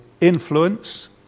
influence